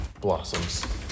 blossoms